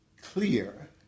clear